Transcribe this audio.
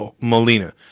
Molina